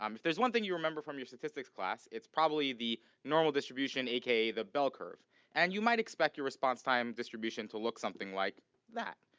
um if there's one thing you remember from your statistics class, it's probably the normal distribution, aka the bell curve and you might expect your response time distribution to look something like that,